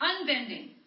unbending